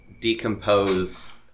decompose